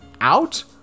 out